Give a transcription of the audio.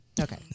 Okay